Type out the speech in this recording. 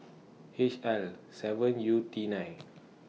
H L seven U T nine